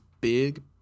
big